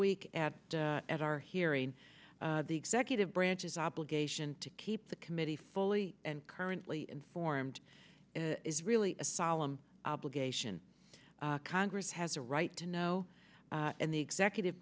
week at at our hearing the executive branch's obligation to keep the committee fully and currently informed is really a solemn obligation congress has a right to know and the executive